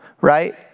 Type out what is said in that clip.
right